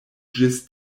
ĝis